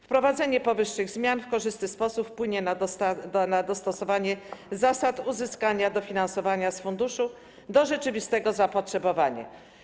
Wprowadzenie powyższych zmian w korzystny sposób wpłynie na dostosowanie zasad uzyskania dofinansowania z funduszu do rzeczywistego zapotrzebowania.